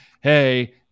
hey